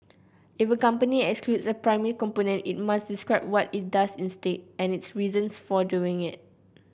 if a company excludes a primary component it must describe what it does instead and its reasons for doing it